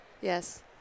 Yes